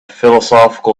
philosophical